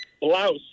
Blouse